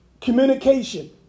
communication